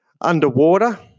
underwater